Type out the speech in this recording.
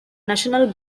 national